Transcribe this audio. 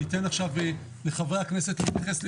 אני אתן עכשיו לחברי הכנסת להתייחס.